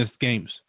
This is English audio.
games